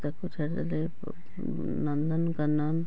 ତାକୁ ଛାଡ଼ିଦେଲେ ନନ୍ଦନକାନନ